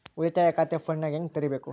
ಉಳಿತಾಯ ಖಾತೆ ಫೋನಿನಾಗ ಹೆಂಗ ತೆರಿಬೇಕು?